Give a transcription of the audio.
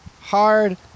hard